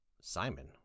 Simon